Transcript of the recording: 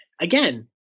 again